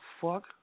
fuck